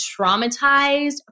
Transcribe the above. traumatized